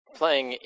playing